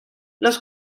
los